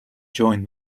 join